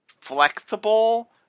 flexible